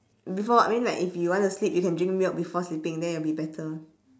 before I mean like if you want to sleep you can drink milk before sleeping then it will be better